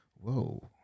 whoa